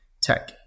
tech